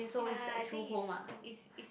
ya I think it's it's it's